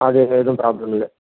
அதில் எதுவும் ப்ரோப்ளம் இல்லை